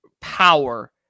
power